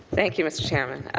thank you mr. chairman.